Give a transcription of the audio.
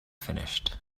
finished